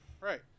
Right